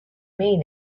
mean